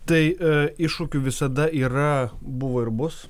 tai iššūkių visada yra buvo ir bus